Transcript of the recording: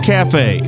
Cafe